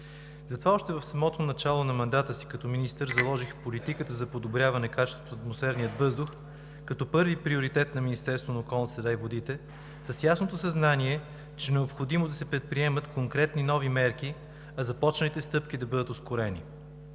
Затова още в самото начало на мандата си като министър заложих политиката за подобряване качеството на атмосферния въздух като първи приоритет на Министерството на околната среда и водите с ясното съзнание, че е необходимо да се предприемат конкретни нови мерки, а започналите стъпки да бъдат ускорени.